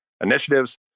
initiatives